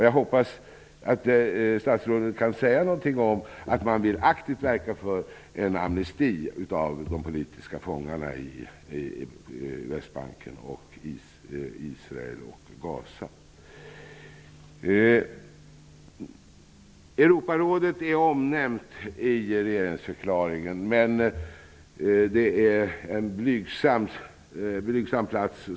Jag hoppas att statsrådet kan säga någonting om att man aktivt vill verka för en amnesti av de politiska fångarna på Västbanken, i Israel och i Gaza. Europarådet är omnämnt i regeringsförklaringen, men det får en blygsam plats.